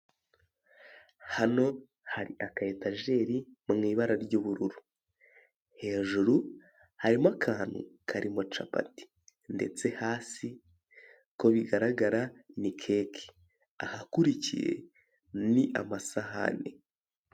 Hano hari aka etajeri mw'ibara ry'ubururu hejuru harimo akantu karimo capati ndetse hasi uko bigaragara ni keke ahakurikiye ni amasahane.